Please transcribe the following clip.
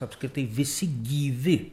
apskritai visi gyvi